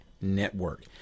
network